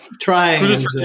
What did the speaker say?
trying